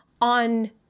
on